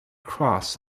cross